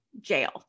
jail